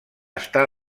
està